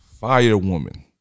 Firewoman